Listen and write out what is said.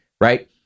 right